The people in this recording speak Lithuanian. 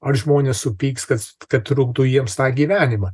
ar žmonės supyks kas kad trukdo jiems tą gyvenimą